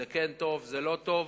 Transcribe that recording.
זה כן טוב, זה לא טוב.